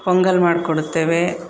ಪೊಂಗಲ್ ಮಾಡಿಕೊಡುತ್ತೇವೆ